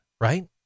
right